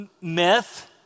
myth